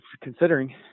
considering